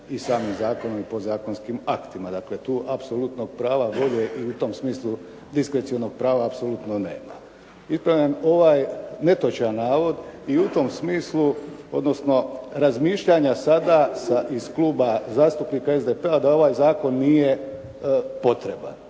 i samim zakonom i podzakonskim aktima, dakle, tu apsolutnog prava, volje i u tom smislu diskercionog prava apsolutno nema. Ispravljam ovaj netočan navod i u tom smislu, odnosno razmišljanja sada sa iz Kluba zastupnika SDP-a da ovaj zakon nije potreban.